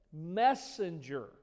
messenger